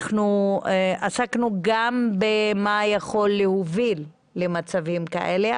אנחנו עסקנו גם במה שיכול להוביל למצבים כאלה,